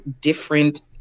different